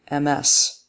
MS